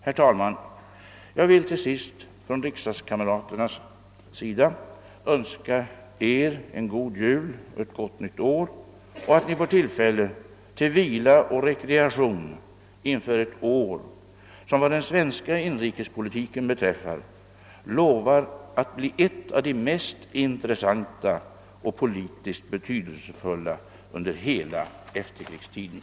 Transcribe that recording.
Herr talman! Jag vill till sist från kammarkamraternas sida önska Eder en god jul och ett gott nytt år och att Ni får tillfälle till vila och rekreation inför ett år som vad den svenska inrikespolitiken beträffar lovar att bli ett av de mest intressanta och politiskt betydelsefulla under hela efterkrigstiden.